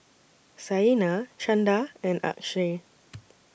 Saina Chanda and Akshay